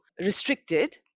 restricted